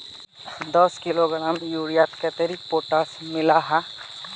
दस किलोग्राम यूरियात कतेरी पोटास मिला हाँ?